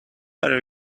are